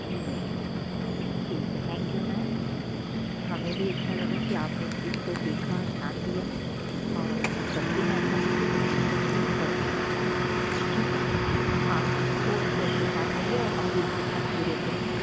ठीक है ठीक है थैंक यू मैम हमें भी अच्छा लगा कि आपने इस चीज़ को देखा ध्यान दिया और बच्चे में ऐसा नहीं है कि पोटेंशियल नहीं है वो कर सकता है ठीक है जी आप थोड़ा सा उसके साथ रहिए और हम भी उसके साथ पूरे से है